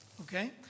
Okay